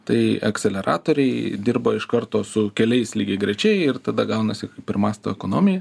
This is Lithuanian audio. tai akseleratoriai dirba iš karto su keliais lygiagrečiai ir tada gaunasi kaip ir masto ekonomija